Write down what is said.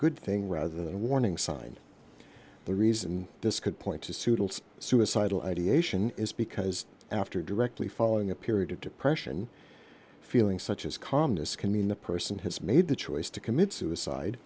good thing rather than a warning sign the reason this could point to soothe suicidal ideation is because after directly following a period of depression feeling such as calmness can mean the person has made the choice to commit suicide